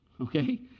okay